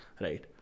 right